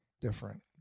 different